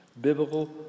Biblical